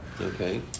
okay